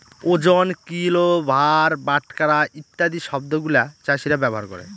ওজন, কিল, ভার, বাটখারা ইত্যাদি শব্দগুলা চাষীরা ব্যবহার করে